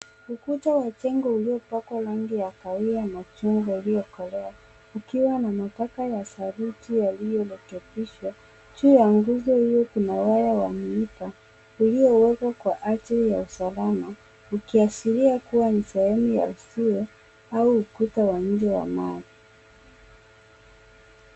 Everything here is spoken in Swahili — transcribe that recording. Ukuta wa jengo uliopakwa rangi ya kahawia na chungwa iliyokolea ikiwa ni maraka ya saruji yaliyorekebishwa. Juu ya nguzo hiyo kuna waya ya miba iliyowekwa kwa ajili ya usalama; likiashiria kuwa ni sehemu ya uzio au ukuta wa nje wa mawe.